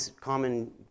common